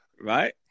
right